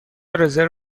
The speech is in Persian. رزرو